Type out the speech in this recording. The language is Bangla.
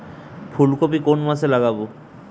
ফুলকপি কোন মাসে লাগাবো?